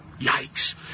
Yikes